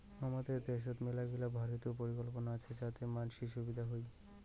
হামাদের দ্যাশোত মেলাগিলা ভারতীয় পরিকল্পনা আসে যাতে মানসির সুবিধা হই